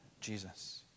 Jesus